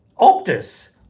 Optus